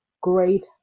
great